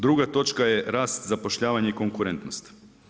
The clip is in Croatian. Druga točka je rast zapošljavanja i konkurentnost.